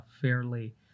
fairly